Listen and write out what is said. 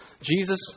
Jesus